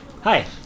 Hi